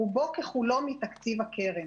רובו ככולו מתקציב הקרן.